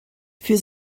für